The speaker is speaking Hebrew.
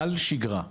אַל שגרה.